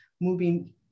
moving